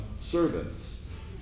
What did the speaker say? servants